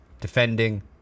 defending